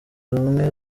rumwe